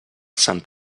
sant